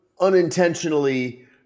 unintentionally